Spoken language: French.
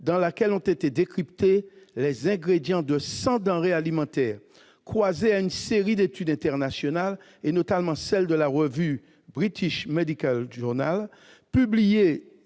pour laquelle ont été décryptés les ingrédients de cent denrées alimentaires. Croisée à une série d'études internationales, notamment celle de la revue qui a été publiée